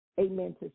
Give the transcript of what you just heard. amen